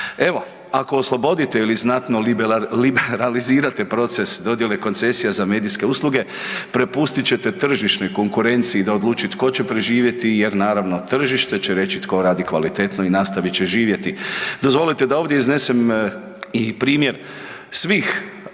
Evo ako oslobodite ili znatno liberalizirate proces dodjele koncesija za medijske usluge prepustit ćete tržišnoj konkurenciji da odluči tko će preživjeti jer naravno tržište će reći tko radi kvalitetno i nastavit će živjeti. Dozvolite da ovdje iznesem i primjer svih